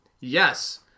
Yes